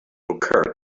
occur